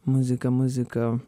muzika muzika